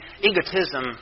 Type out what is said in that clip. egotism